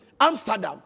Amsterdam